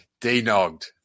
denogged